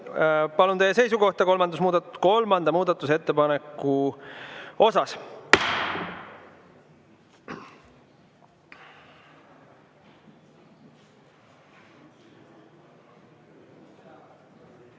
Palun teie seisukohta kolmanda muudatusettepaneku kohta!